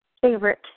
favorite